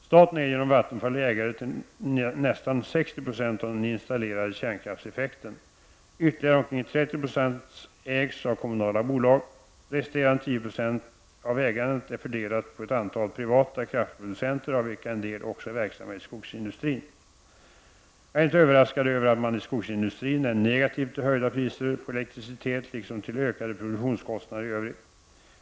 Staten är genom Vattenfall ägare till nästan 60 96 av den installerade kärnkraftseffekten. Ytterligare omkring 30 26 ägs av kommunala bolag. Resterande 10 96 av ägandet är fördelade på ett antal privata kraftproducenter, av vilka en del också är verksamma i skogsindustrin. Jag är inte överraskad över att man i skogsindustrin är negativ till höjda priser på elektricitet liksom till ökade produktionskostnader i övrigt.